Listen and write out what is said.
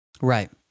right